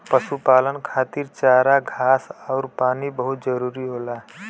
पशुपालन खातिर चारा घास आउर पानी बहुत जरूरी होला